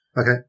Okay